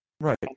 right